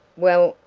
well,